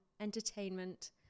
entertainment